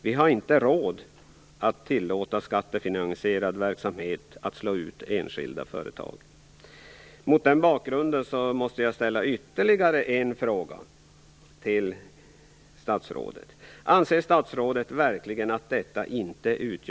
Vi har inte råd att tillåta skattefinansierad verksamhet slå ut enskilda företag.